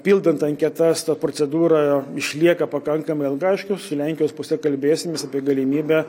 pildant anketas ta procedūra išlieka pakankamai ilga aišku su lenkijos puse kalbėsimės apie galimybę